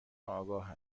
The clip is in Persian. آگاه